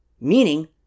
Meaning